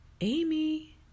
Amy